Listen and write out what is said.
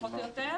פחות או יותר,